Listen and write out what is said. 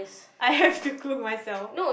I have to cook myself